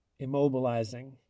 immobilizing